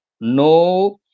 no